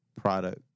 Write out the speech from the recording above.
product